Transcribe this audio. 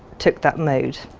took that mode.